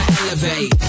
elevate